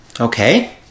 Okay